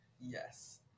Yes